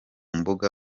mbuga